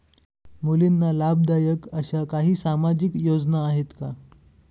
मुलींना लाभदायक अशा काही सामाजिक योजना आहेत का?